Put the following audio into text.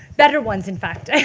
better ones in fact. and